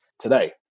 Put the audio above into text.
today